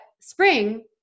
spring